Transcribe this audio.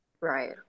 Right